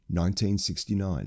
1969